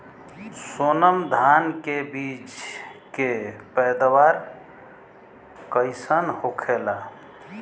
सोनम धान के बिज के पैदावार कइसन होखेला?